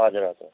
हजुर हजुर